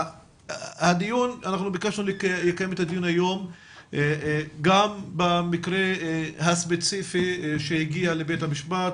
אנחנו ביקשנו לקיים את הדיון היום גם במקרה הספציפי שהגיע לבית המשפט,